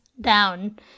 down